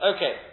Okay